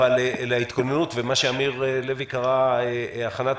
אבל להתכוננות ומה שאמיר הלוי קרא לו הכנת